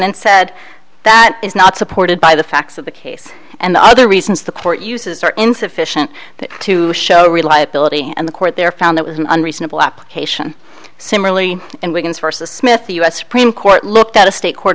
and said that is not supported by the facts of the case and the other reasons the court uses are insufficient to show reliability and the court there found it was an unreasonable application similarly in wigan's versus smith the u s supreme court looked at a state court